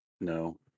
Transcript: No